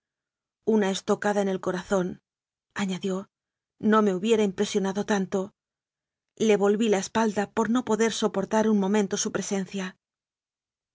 una estocada en el corazón añadióno me hubiera impresionado tanto le volví la espalda por no poder soportar un momen to su presencia